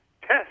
test